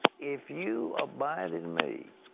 if you abide in me,